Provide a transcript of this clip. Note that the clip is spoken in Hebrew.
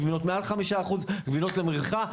גבינות מעל 5%, גבינות למריחה.